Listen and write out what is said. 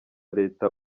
leta